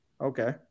Okay